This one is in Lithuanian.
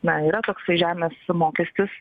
na yra toksai žemės mokestis